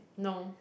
no